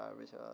তাৰপিছত